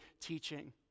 teaching